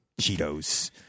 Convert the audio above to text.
Cheetos